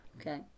Okay